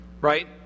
Right